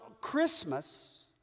Christmas